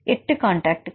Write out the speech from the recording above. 8 காண்டாக்ட்கள்